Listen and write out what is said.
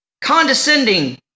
condescending